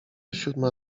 siódma